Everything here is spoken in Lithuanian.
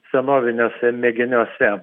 senoviniuose mėginiuose